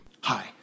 Hi